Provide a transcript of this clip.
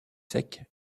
sec